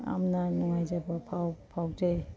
ꯌꯥꯝꯅ ꯅꯨꯡꯉꯥꯏꯖꯕ ꯐꯥꯎꯖꯩ